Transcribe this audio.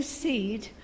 seed